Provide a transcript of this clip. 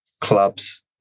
clubs